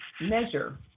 measure